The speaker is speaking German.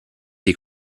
die